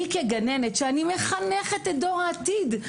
אני כגננת שמחנכת את דור העתיד,